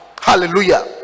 Hallelujah